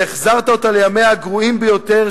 והחזרת אותה לימיה הגרועים ביותר,